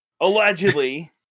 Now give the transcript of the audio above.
allegedly